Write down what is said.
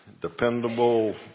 dependable